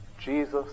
Jesus